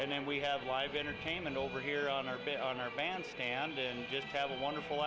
and then we have live entertainment over here on our bed on our bandstand and just have a wonderful